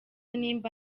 niba